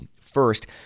First